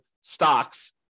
stocks